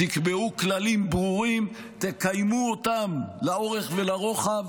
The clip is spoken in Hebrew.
תקבעו כלליים ברורים ותקיימו אותם לאורך ולרוחב